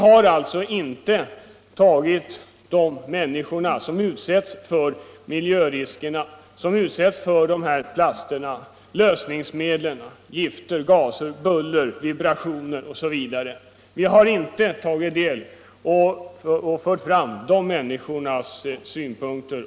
Man har inte tänkt på de människor som utsätts för miljöriskerna — plaster, lösningsmedel, gifter, gaser, buller, vibrationer osv. — och fört fram deras berättigade synpunkter.